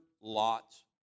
Lot's